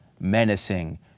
menacing